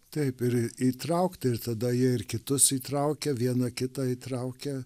taip ir įtraukt ir tada jie ir kitus įtraukia vieną kitą įtraukia